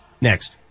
Next